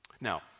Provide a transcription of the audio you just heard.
Now